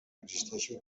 existeixi